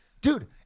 dude